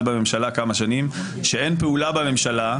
בממשלה כמה שנים שאין פעולה בממשלה,